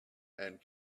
and